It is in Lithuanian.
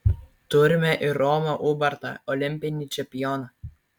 turime ir romą ubartą olimpinį čempioną